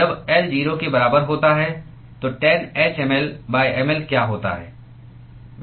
जब L 0 के बराबर होता है तो टैनh mL mL क्या होता है